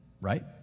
right